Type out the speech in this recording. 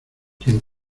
quien